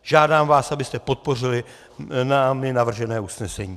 Žádám vás, abyste podpořili námi navržené usnesení.